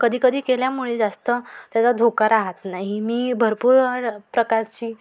कधी कधी केल्यामुळे जास्त त्याचा धोका राहत नाही मी भरपूर प्रकारची